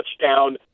touchdown